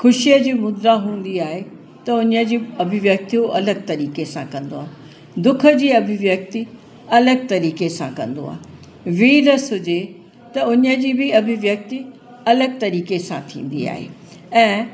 ख़ुशीअ जीअं मुद्रा हुंदी आहे त उन्हीअ जी अभिव्यक्तियों अलॻि तरीक़े सां कंदो आहे दुख जी अभिव्यक्ति अलॻि तरीक़े सां कंदो आहे वीर रस हुजे त उन्हीअ जी बि अभिव्यक्ति अलॻि तरीक़े सां कंदो थींदी आहे ऐं